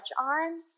on